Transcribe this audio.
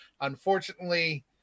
Unfortunately